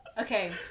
Okay